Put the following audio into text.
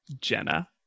Jenna